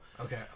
Okay